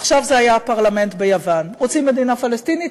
עכשיו זה היה הפרלמנט ביוון: רוצים מדינה פלסטינית?